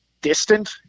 distant